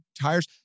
tires